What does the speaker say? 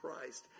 Christ